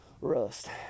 rust